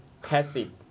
Passive